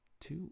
two